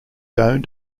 owned